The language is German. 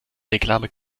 reklame